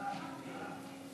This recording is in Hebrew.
לא היה מקום להצעות האי-אמון האלה,